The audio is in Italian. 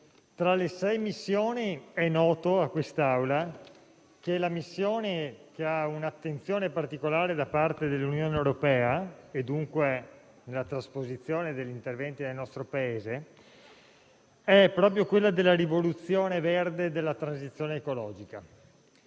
tra le sei missioni del Piano, quella che ha un'attenzione particolare da parte dell'Unione europea, dunque anche per la trasposizione degli interventi nel nostro Paese, è proprio quella della rivoluzione verde e della transizione ecologica.